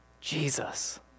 Jesus